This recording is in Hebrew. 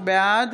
בעד